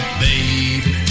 babe